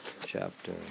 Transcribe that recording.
chapter